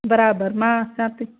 बराबरि मां अचां थी